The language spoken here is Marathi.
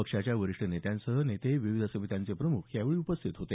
पक्षाच्या वरिष्ठ नेत्यांसह नेते विविध समित्यांचे प्रमुख यावेळी उपस्थित होते